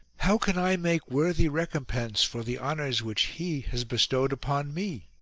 how can i make worthy recompense for the honours which he has bestowed upon me?